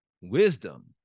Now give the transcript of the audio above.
wisdom